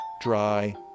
dry